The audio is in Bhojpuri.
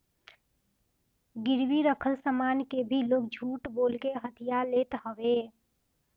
गिरवी रखल सामान के भी लोग झूठ बोल के हथिया लेत हवे